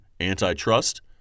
antitrust